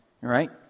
right